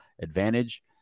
advantage